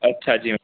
अच्छा जी